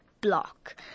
block